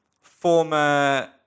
former